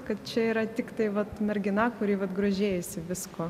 kad čia yra tiktai vat mergina kuri vat grožėjasi viskuo